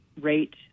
rate